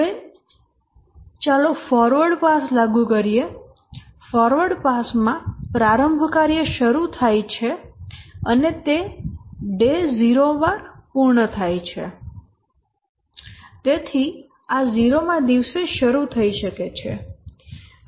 હવે ચાલો forward pass લાગુ કરીએ ફોરવર્ડ પાસ માં પ્રારંભ કાર્ય શરૂ થાય છે અને તે 0 દિવસે પૂર્ણ થાય છે અને તેથી આ 0 મી દિવસે શરૂ થઈ શકે છે